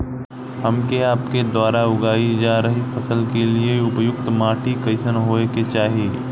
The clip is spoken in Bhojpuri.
हमन के आपके द्वारा उगाई जा रही फसल के लिए उपयुक्त माटी कईसन होय के चाहीं?